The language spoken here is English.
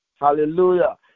Hallelujah